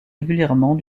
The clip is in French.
régulièrement